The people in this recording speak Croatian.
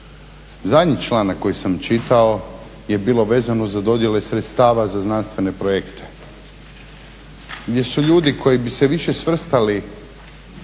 Zadnji članak koji sam čitao je bilo vezano za dodjele sredstava za znanstvene projekte gdje su ljudi koji bi se više svrstali